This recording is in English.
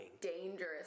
dangerous